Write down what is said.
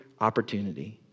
opportunity